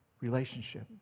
relationship